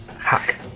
Hack